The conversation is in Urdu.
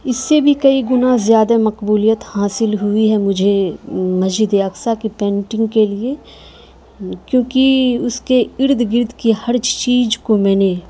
اس سے بھی کئی گناہ زیادہ مقبولیت حاصل ہوئی ہے مجھے مسجد اقصی کی پینٹنگ کے لیے کیونکہ اس کے ارد گرد کی ہر چیز کو میں نے